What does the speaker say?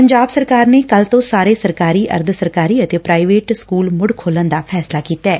ਪੰਜਾਬ ਸਰਕਾਰ ਨੇ ਕੱਲ੍ ਤੋਂ ਸਾਰੇ ਸਰਕਾਰੀ ਅਰਧ ਸਰਕਾਰੀ ਅਤੇ ਪ੍ਰਾਈਵੇਟ ਸਕੁਲ ਮੁੜ ਖੋਲਣ ਦਾ ਫੈਸਲਾ ਕੀਤੈ